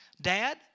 Dad